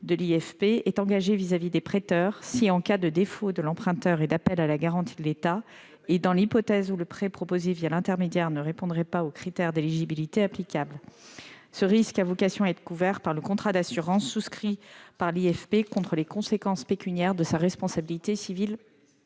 de l'IFP est engagée vis-à-vis des prêteurs, en cas de défaut de l'emprunteur et d'appel à la garantie de l'État et dans l'hypothèse où le prêt proposé l'intermédiaire ne répondrait pas aux critères d'éligibilité applicables. Ce risque a vocation à être couvert par le contrat d'assurance souscrit par l'IFP contre les conséquences pécuniaires de sa responsabilité civile